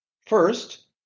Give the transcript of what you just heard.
First